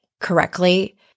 correctly